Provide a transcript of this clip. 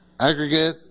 aggregate